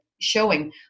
showing